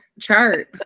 chart